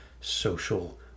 social